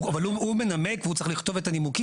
הוא מנמק, הוא צריך לכתוב את הנימוקים.